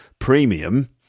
Premium